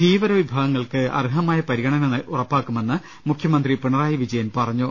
ധീവര വിഭാഗങ്ങൾക്ക് അർഹമായ പരിഗണന ഉറപ്പാക്കുമെന്ന് മുഖ്യ മന്ത്രി പിണറായി വിജയൻ പറഞ്ഞു